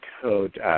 code